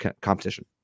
competition